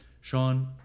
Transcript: Sean